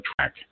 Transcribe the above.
track